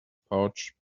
pouch